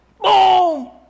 Boom